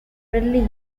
relief